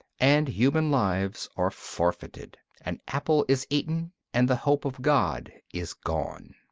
and human lives are forfeited. an apple is eaten, and the hope of god is gone.